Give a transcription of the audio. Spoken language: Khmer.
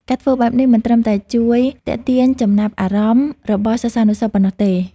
ការធ្វើបែបនេះមិនត្រឹមតែជួយទាក់ទាញចំណាប់អារម្មណ៍របស់សិស្សានុសិស្សប៉ុណ្ណោះទេ។